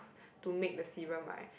to make the serum right